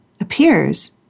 appears